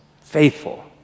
Faithful